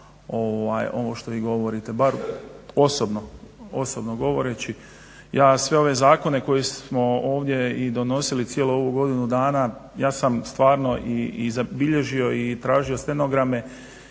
ovo što vi govorite, bar osobno govoreći. Ja sve ove zakone koje smo ovdje donosili cijelu ovu godinu dana ja sam stvarno i zabilježio i tražio stenograme